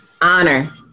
Honor